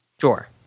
Sure